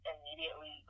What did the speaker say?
immediately